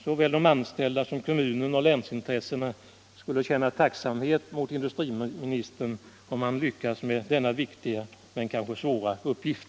Såväl anställda som kommunoch länsintressena känner tacksamhet mot industriministern om han lyckas med denna viktiga men kanske svåra uppgift.